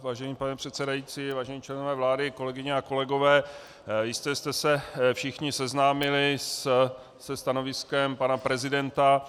Vážený pane předsedající, vážení členové vlády, kolegyně a kolegové, jistě jste se všichni seznámili se stanoviskem pana prezidenta.